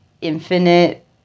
infinite